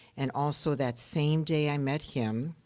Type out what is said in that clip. and also, that same day i met him,